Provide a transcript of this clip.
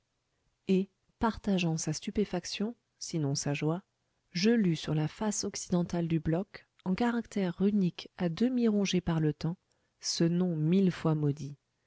et partageant sa stupéfaction sinon sa joie je lus sur la face occidentale du bloc en caractères runiques à demi rongés par le temps ce nom mille fois maudit